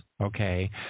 Okay